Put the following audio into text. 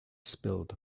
spilled